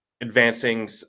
advancing